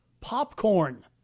popcorn